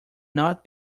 not